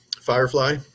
firefly